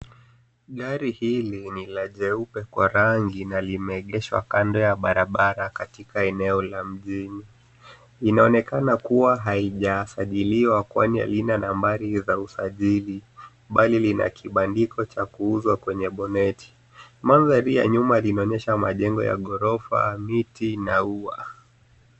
Gari hili ni la jeupe kwa rangi na limeegeshwa kando ya barabara katika eneo la mjini. Inaonekana kuwa haijasajiliwa kwani halina nambari za usajili bali lina kibandiko cha kuuza kwenye boneti. Mandhari ya nyuma linaonyesha majengo ya ghorofa, miti na ua.